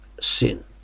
sin